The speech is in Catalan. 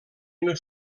una